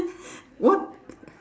what